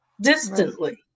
distantly